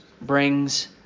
brings